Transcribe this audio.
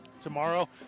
tomorrow